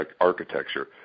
architecture